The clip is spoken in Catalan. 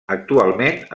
actualment